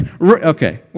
okay